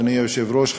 אדוני היושב-ראש,